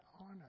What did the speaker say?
honor